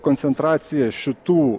koncentracija šitų